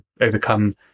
overcome